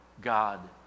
God